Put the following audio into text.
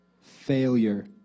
Failure